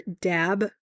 Dab